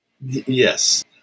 Yes